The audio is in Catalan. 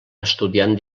estudiant